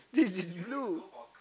this is blue